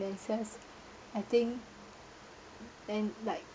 I think then like